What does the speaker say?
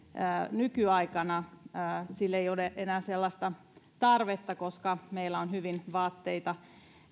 nykyaikana sille ei ole enää sellaista tarvetta koska meillä on hyvin vaatteita